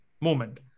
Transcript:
moment